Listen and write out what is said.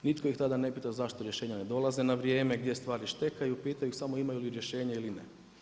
Nitko ih tada ne pita zašto rješenja ne dolaze na vrijeme, gdje stvari štekaju, pitaju samo imaju li rješenje ili ne.